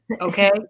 Okay